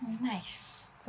Nice